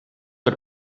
uit